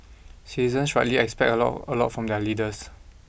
citizens rightly expect a lot a lot from their leaders